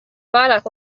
pārāk